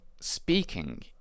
speaking